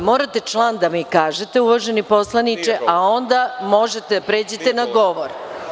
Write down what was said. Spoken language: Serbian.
Morate član da mi kažete, uvaženi poslaniče, a onda možete da pređete na govor.